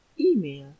email